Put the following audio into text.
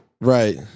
right